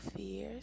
fears